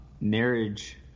marriage